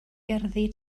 gerddi